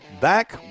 Back